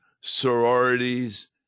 sororities